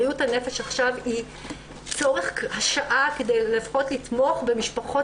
בריאות הנפש עכשיו היא צורך השעה כדי לפחות לתמוך במשפחות